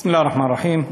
בסם אללה א-רחמאן א-רחים.